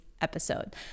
episode